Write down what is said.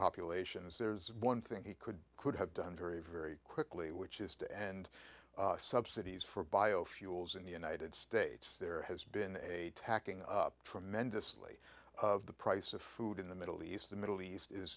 populations there's one thing he could could have done very very quickly which is to end subsidies for biofuels in the united states there has been a tacking up tremendously of the price of food in the middle east the middle east is